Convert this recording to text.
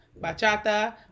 Bachata